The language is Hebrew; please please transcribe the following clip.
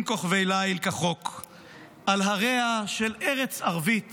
כוכבי-ליל כחוק / על הריה של ארץ ערבית /